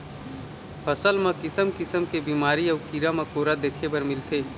फसल म किसम किसम के बिमारी अउ कीरा मकोरा देखे बर मिलथे